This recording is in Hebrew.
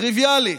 טריוויאלי.